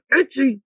itchy